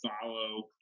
follow